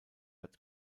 hat